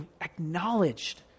acknowledged